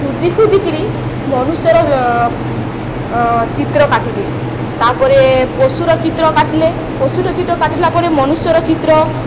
ଖୋଦି ଖୋଦି କରି ମନୁଷ୍ୟର ଚିତ୍ର କାଟିଲେ ତା'ପରେ ପଶୁର ଚିତ୍ର କାଟିଲେ ପଶୁର ଚିତ୍ର କାଟିଲା ପରେ ମନୁଷ୍ୟର ଚିତ୍ର